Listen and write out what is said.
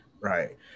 right